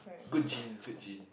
good genes good gene